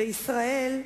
בישראל,